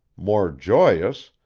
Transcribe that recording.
more joyous,